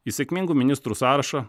į sėkmingų ministrų sąrašą